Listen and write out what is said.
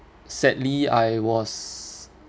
sadly I was